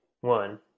one